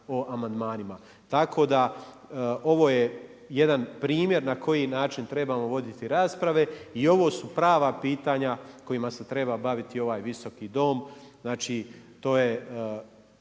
o amandmanima. Tako da, ovo je jedan primjer na koji način trebamo voditi rasprave i ovo su prava pitanja kojima se treba baviti ovaj Visoki dom. Znači, to je